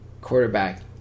quarterback